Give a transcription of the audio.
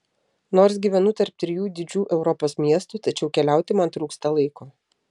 nors gyvenu tarp trijų didžių europos miestų tačiau keliauti man trūksta laiko